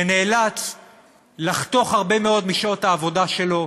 שנאלץ לחתוך הרבה מאוד משעות העבודה שלו,